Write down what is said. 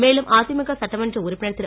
மேலும் அதிமுக சட்டமன்ற உறுப்பினர் திரு